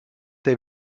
der